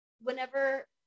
whenever